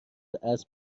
اسب